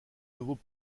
nouveaux